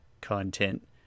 content